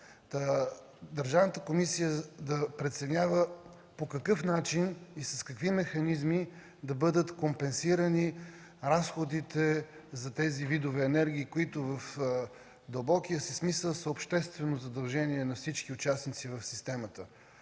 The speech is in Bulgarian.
прави тези неща – да преценява по какъв начин и с какви механизми да бъдат компенсирани разходите за тези видове енергии, които в дълбокия си смисъл са обществено задължение на всички участници в системата.